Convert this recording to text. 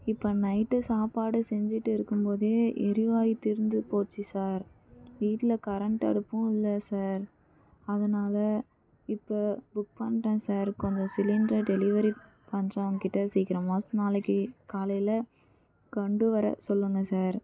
இப்போ நைட்டு சாப்பாடு செஞ்சுட்டு இருக்கும் போதே எரிவாயு தீர்ந்து பேச்சு சார் வீட்டில் கரண்ட் அடுப்பும் இல்லை சார் அதனால இப்போ புக் பண்ணுறேன் சார் கொஞ்சம் சிலிண்டரை டெலிவரி பண்ணுறவங்கக்கிட்ட சீக்கிரமாக நாளைக்கு காலையில் கொண்டு வர சொல்லுங்கள் சார்